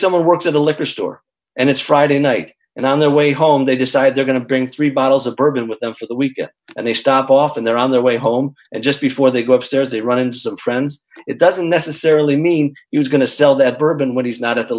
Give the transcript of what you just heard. someone works at a liquor store and it's friday night and on their way home they decide they're going to bring three bottles of bourbon with them for the week and they stop off and they're on their way home and just before they go upstairs they run into some friends it doesn't necessarily mean you're going to sell that bourbon when he's not at the